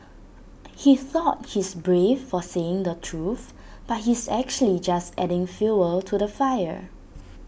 he thought he's brave for saying the truth but he's actually just adding fuel to the fire